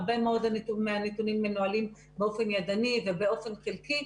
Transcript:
הרבה מאוד מהנתונים מנוהלים באופן ידני ובאופן חלקי,